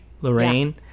Lorraine